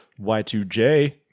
Y2J